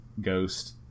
ghost